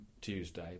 Tuesday